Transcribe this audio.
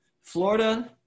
Florida